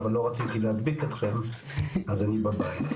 אבל לא רציתי להדביק אתכם אז אני בבית.